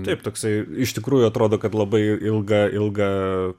taip toksai iš tikrųjų atrodo kad labai ilga ilga